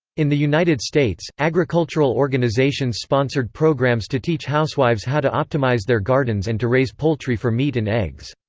in the united states, agricultural organizations sponsored programs to teach housewives how to optimize their gardens and to raise poultry for meat and eggs.